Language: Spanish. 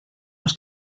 los